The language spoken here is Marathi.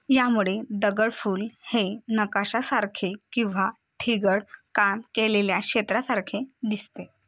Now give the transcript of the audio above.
यामुळे दगडफूल हे नकाशासारखे किंवा ठिगळ काम केलेल्या क्षेत्रासारखे दिसते